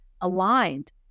aligned